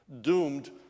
doomed